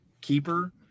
keeper